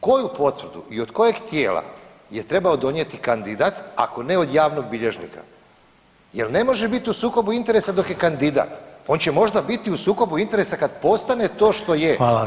Koju potvrdu i od kojeg tijela je trebao donijeti kandidat, ako ne od Javnog bilježnika, jer ne može biti u sukobu interesa dok je kandidat, on će možda biti u sukobu interesa kad postane što je.